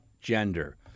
gender